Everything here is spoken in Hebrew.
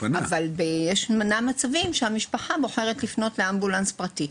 אבל יש מצבים שבהם המשפחה בוחרת לפנות לאמבולנס פרטי.